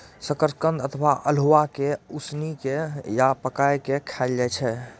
शकरकंद अथवा अल्हुआ कें उसिन के या पकाय के खायल जाए छै